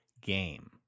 game